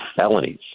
felonies